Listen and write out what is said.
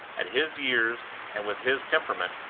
at his years and with his temperament,